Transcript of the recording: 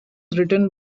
written